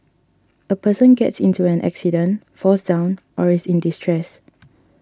a person gets into an accident falls down or is in distress